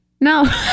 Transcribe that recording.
No